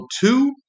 two